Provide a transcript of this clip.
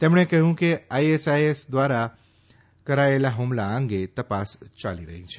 તેમણે કહયું કે આઈએસઆઈએસ ધ્વારા કરાયેલા હુમલા અંગે તપાસ ચાલી રહી છે